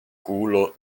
kulo